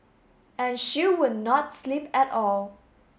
and she would not sleep at all